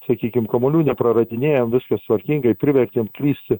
sakykim kamuolių nepraradinėjom viskas tvarkingai privertėm klysti